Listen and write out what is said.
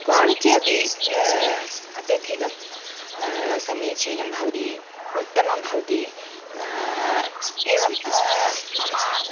quality अपि अत्यधिकं समीचीनं भवति उत्तमं भवति एवं मम